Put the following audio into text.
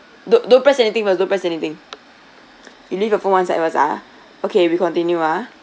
don't don't press anything don't press anything you leave your phone one side first ah okay we continue ah